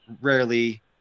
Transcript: rarely